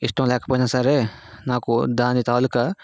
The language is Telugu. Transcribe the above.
ఇష్టం లేకపోయినా సరే నాకు దాని తాలుక